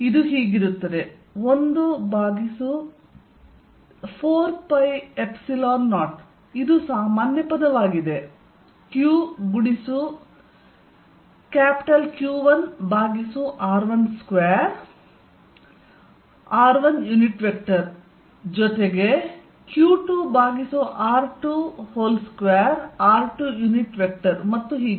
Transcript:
ಇದು ಆಗಿರುತ್ತದೆ 14π0 ಅದು ಸಾಮಾನ್ಯ ಪದವಾಗಿದೆ q Q1 ಭಾಗಿಸು r12 r1 ಯುನಿಟ್ ವೆಕ್ಟರ್ ಜೊತೆಗೆ Q2r22r2 ಮತ್ತು ಹೀಗೆ